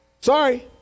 sorry